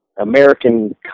American